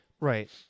Right